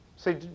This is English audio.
See